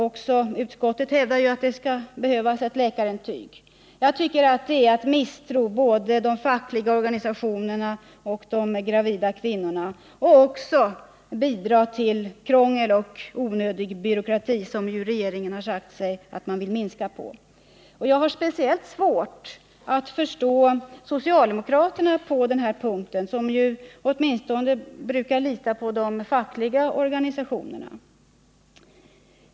Också utskottet hävdar att det behövs ett läkarintyg. Jag tycker att det är att misstro både de fackliga organisationerna och de gravida kvinnorna — och att man även också bidrar till krångel och onödig byråkrati, som ju regeringen har sagt sig vilja minska på. Jag har speciellt svårt att på den här punkten förstå socialdemokraterna, som ju åtminstone brukar lita på de fackliga organisationerna.